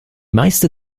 meiste